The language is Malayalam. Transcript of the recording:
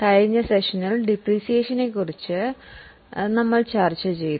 കഴിഞ്ഞ സെഷനിൽ മൂല്യത്തകർച്ചയെക്കുറിച്ച് നമ്മൾ ചർച്ച ആരംഭിച്ചു